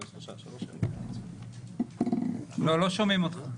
3. הדברים לא מתואמים עם ביטוח לאומי.